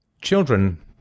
Children